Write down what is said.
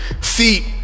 see